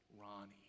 Ronnie